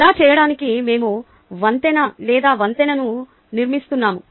అలా చేయడానికి మేము వంతెన లేదా వంతెనను నిర్మిస్తున్నాము